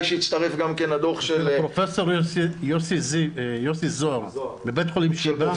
בוודאי כשיצטרף הדוח של --- ופרופ' יוסי זוהר בבית חולים שיבא.